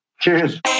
Cheers